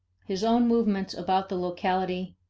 his own movements about the locality,